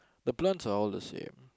the plants are all the same